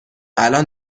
الآن